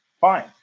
Fine